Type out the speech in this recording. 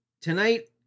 tonight